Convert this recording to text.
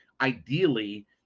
ideally